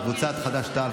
קבוצת סיעת חד"ש-תע"ל,